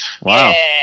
Wow